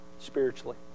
spiritually